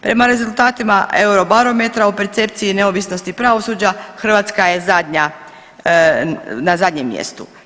Prema rezultatima Eurobarometra o percepciji neovisnost pravosuđa, Hrvatska je zadnja, na zadnjem mjestu.